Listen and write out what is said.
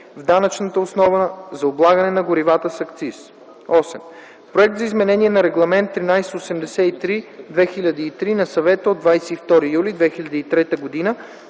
в данъчната основа за облагане на горивата с акциз. 8. Проект за изменение на Регламент 1383/2003 на Съвета от 22 юли 2003 г.